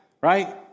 right